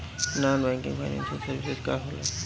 Non banking financial services का होला?